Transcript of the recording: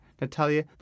Natalia